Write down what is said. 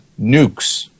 nukes